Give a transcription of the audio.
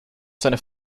seine